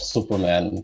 Superman